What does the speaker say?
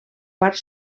part